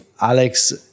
Alex